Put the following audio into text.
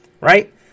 Right